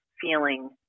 feeling